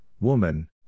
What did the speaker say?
Woman